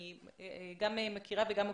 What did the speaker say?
אני גם מכירה וגם מוקירה.